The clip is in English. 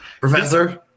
Professor